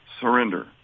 surrender